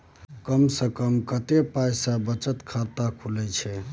कम से कम कत्ते पाई सं बचत खाता खुले छै?